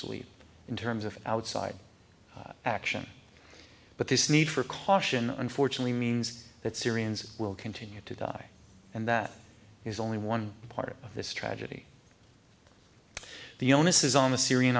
y in terms of outside action but this need for caution unfortunately means that syrians will continue to die and that is only one part of this tragedy the onus is on the syrian